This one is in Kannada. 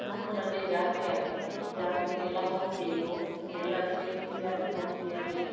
ನಮ್ಮೂರಲ್ಲಿ ಜಾತ್ರೆ ಆಗುತ್ತೆ ಜಾತ್ರೆಗೆಲ್ಲ ಹೋಗ್ತಿವಿ ಹೊ ಎಲ್ಲರು ಸೇರಿ ಜಾತ್ರೆಗೆ ಹೋಗ್ತಿವಿ ಅಲ್ಲಿ